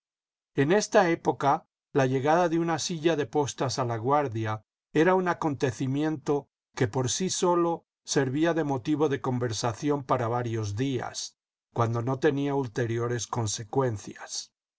en esta época la llegada de una silla de postas a laguardia era un acontecimiento que por sí solo servía de motivo de conversación para varios días cuando no tenía ulteriores consecuencias